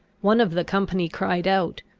one of the company cried out,